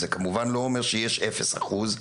זה כמובן לא אומר שיש אפס אחוז,